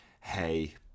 hey